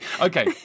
Okay